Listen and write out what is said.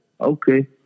Okay